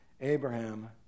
Abraham